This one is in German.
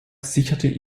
sicherte